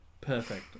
Perfect